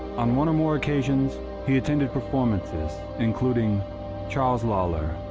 on one or more occasions he attended performances including charles lawlor,